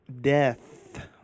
Death